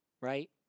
right